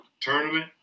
tournament